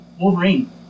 Wolverine